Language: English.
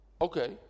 Okay